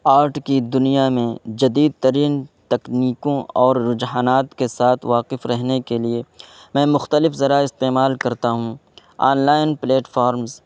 art کی دنیا میں جدید ترین تکنیکوں اور رجحانات کے ساتھ واقف رہنے کے لیے میں مختلف ذرائع استعمال کرتا ہوں آنلائن پلیٹفارمس